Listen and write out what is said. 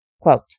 Quote